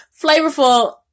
flavorful